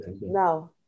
Now